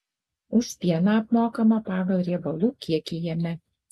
už pieną apmokama pagal riebalų kiekį jame